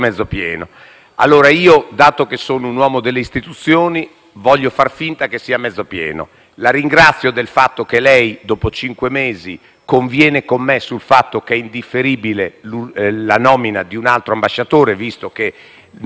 voglio far finta che sia mezzo pieno. La ringrazio del fatto che lei, dopo cinque mesi, conviene con me sul fatto che sia indifferibile la nomina di un altro ambasciatore, visto che non c'è l'agibilità per questo in Libia.